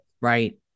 Right